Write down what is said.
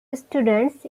students